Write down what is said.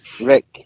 Rick